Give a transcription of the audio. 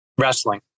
wrestling